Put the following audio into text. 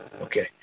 Okay